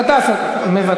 חבר הכנסת גטאס מוותר.